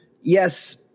yes